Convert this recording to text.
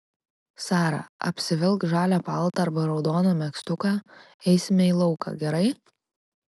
sara apsivilk žalią paltą arba raudoną megztuką eisime į lauką gerai